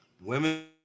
women